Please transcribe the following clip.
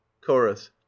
chorus